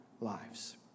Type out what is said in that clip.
lives